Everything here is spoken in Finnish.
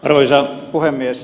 arvoisa puhemies